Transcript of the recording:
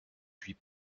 puis